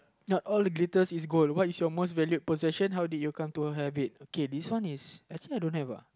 not all glitters is gold what is your most valued possession how did you come to have it okay this one is actually I don't have uh